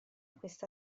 questa